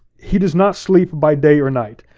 he does not sleep by day or night.